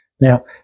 Now